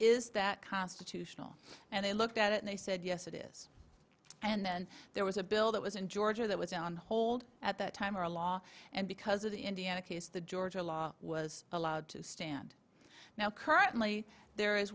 is that constitutional and they looked at it and they said yes it is and then there was a bill that was in georgia that was on hold at that time or a law and because of the indiana case the georgia law was allowed to stand now currently there is